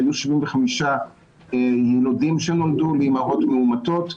היו 75 ילודים שנולדו לאימהות מאומתות,